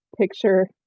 picture